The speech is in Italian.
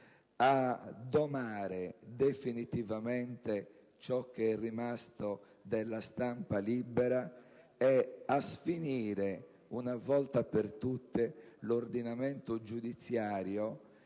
a domare definitivamente ciò che è rimasto della stampa libera e a sfinire una volta per tutte l'ordinamento giudiziario,